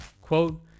quote